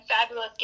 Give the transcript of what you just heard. fabulous